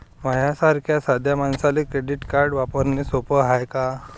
माह्या सारख्या साध्या मानसाले क्रेडिट कार्ड वापरने सोपं हाय का?